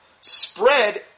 spread